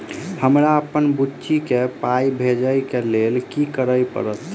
हमरा अप्पन बुची केँ पाई भेजइ केँ लेल की करऽ पड़त?